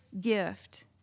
gift